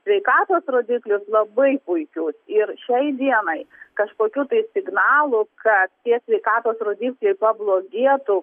sveikatos rodiklius labai puikius ir šiai dienai kažkokių tai signalų kad tie sveikatos rodikliai pablogėtų